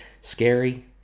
scary